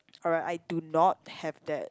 alright I do not have that